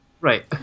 Right